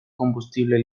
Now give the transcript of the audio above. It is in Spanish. combustible